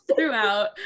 throughout